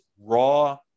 raw